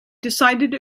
decided